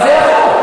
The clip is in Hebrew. אבל זה החוק.